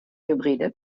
hybride